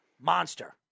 monster